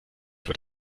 wird